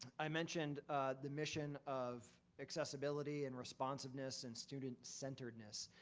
i mentioned the mission of accessibility and responsiveness and student centeredness.